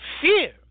fear